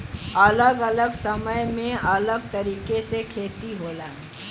अलग अलग समय में अलग तरीके से खेती होला